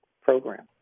program